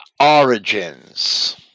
origins